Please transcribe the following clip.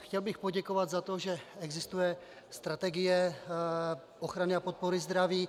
Chtěl bych poděkovat za to, že existuje strategie ochrany a podpory zdraví.